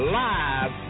live